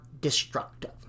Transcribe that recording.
destructive